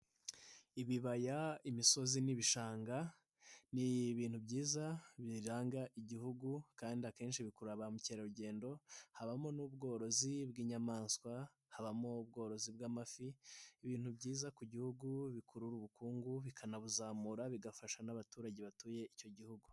Ibibaya, imisozi n'ibishanga ni ibintu byiza biranga igihugu kandi akenshi bikurura ba mukerarugendo, habamo n'ubworozi bw'inyamaswa, habamo ubworozi bw'amafi, ibintu byiza ku gihugu bikurura ubukungu bikanabuzamura bigafasha n'abaturage batuye icyo gihugu.